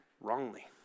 wrongly